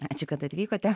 ačiū kad atvykote